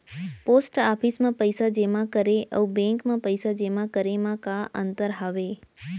post office मा पइसा जेमा करे अऊ बैंक मा पइसा जेमा करे मा का अंतर हावे